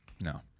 No